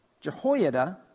Jehoiada